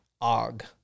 Og